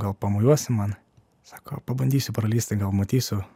gal pamojuosi man sako pabandysiu pralįsti gal matysiu